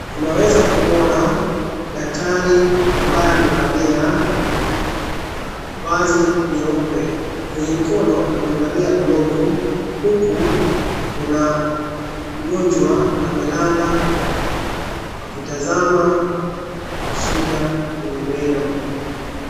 Tunaweza kumuona daktari ambaye amevalia vazi nyeupe. Kwenye mkono amevalia glovu huku kuna mgonjwa amelala wakitazama shida kwenye meno.